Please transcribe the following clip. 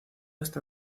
está